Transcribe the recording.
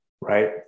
Right